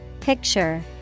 Picture